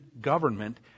government